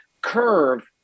curve